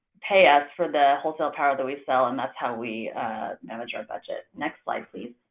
pay us for the wholesale power that we sell and that's how we manage our budget. next slide please.